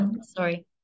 sorry